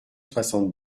soixante